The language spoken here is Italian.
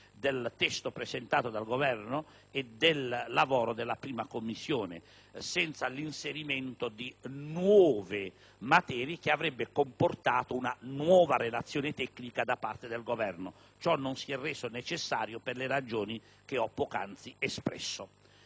del testo presentato dal Governo e del lavoro della 1a Commissione, senza l'inserimento di nuove materie, che avrebbero comportato una nuova relazione tecnica da parte del Governo. Ciò non si è reso necessario per le ragioni che ho poc'anzi espresso.